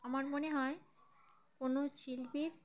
আমার মনে হয় কোনো শিল্পীর